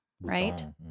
right